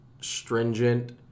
stringent